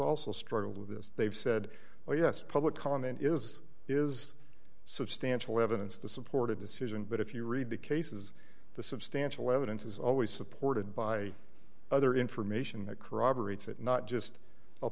also struggled with this they've said well yes public comment is is substantial evidence to support a decision but if you read the cases the substantial evidence is always supported by other information that corroborates it not just a